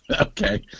Okay